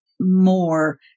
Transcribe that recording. more